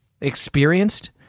experienced